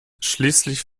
schließlich